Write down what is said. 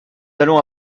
allons